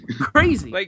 crazy